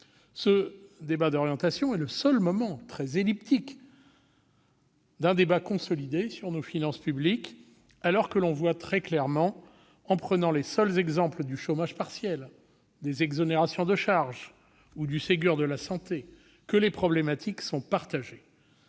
des finances publiques est le seul moment, très elliptique, d'un débat consolidé sur nos finances publiques, alors que l'on voit très clairement, en prenant les seuls exemples du chômage partiel, des exonérations de charges ou du Ségur de la santé, que les problématiques sont partagées.